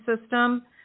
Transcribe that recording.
system